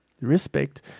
Respect